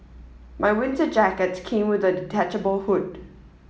my winter jacket came with a detachable hood